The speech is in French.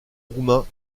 roumains